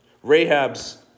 Rahab's